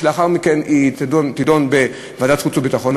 שלאחר מכן תידון בוועדת החוץ והביטחון,